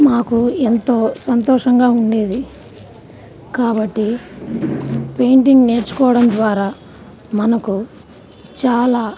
మాకు ఎంతో సంతోషంగా ఉండేది కాబట్టి పెయింటింగ్ నేర్చుకోవడం ద్వారా మనకు చాలా